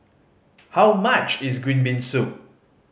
how much is green bean soup